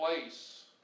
place